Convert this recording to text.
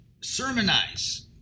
sermonize